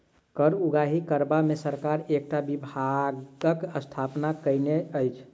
कर उगाही करबा मे सरकार एकटा विभागक स्थापना कएने अछि